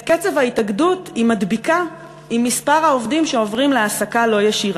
את קצב ההתאגדות היא מדביקה עם מספר העובדים שעוברים להעסקה לא ישירה,